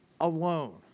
alone